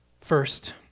First